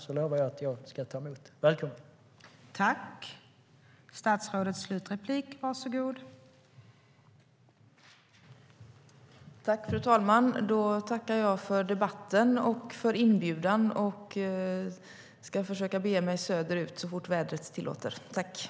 Då lovar jag att jag ska ta emot henne. Välkommen!